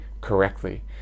correctly